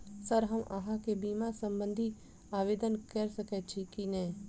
Sir हम अहाँ केँ बीमा संबधी आवेदन कैर सकै छी नै?